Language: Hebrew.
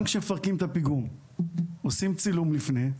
גם כשמפרקים את הפיגום עושים צילום לפני כן,